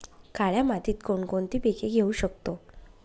काळ्या मातीत कोणकोणती पिके घेऊ शकतो?